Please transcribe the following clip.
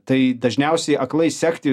tai dažniausiai aklai sekti